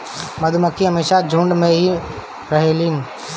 मधुमक्खी हमेशा झुण्ड में ही रहेलीन